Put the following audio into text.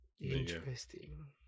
Interesting